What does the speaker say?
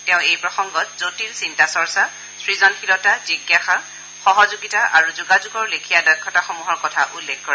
তেওঁ এই প্ৰসংগত জটিল চিন্তা চৰ্চা সৃজনশীলতা জিজ্ঞাসা সহযোগিতা আৰু যোগাযোগৰ লেখীয়া দক্ষতাসমূহৰ কথা উল্লেখ কৰে